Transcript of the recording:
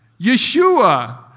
Yeshua